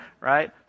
Right